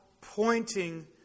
pointing